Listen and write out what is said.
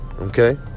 Okay